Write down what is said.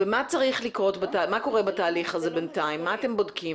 מה קורה בתהליך הזה בינתיים, מה אתם בודקים?